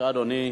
בבקשה, אדוני.